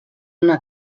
una